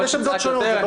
יש עמדות שונות.